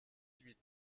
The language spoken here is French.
huit